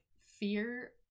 fear